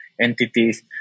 entities